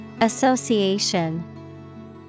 Association